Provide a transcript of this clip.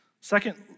Second